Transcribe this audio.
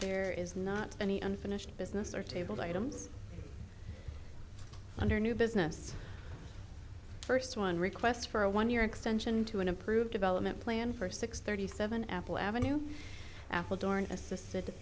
there is not any unfinished business or tabled items under new business first one request for a one year extension to an approved development plan for six thirty seven apple avenue appledore an assisted